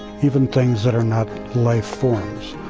even things that are not life forms,